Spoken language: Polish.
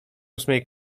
ósmej